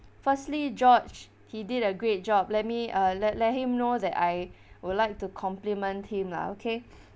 firstly george he did a great job let me uh let let him know that I would like to compliment him lah okay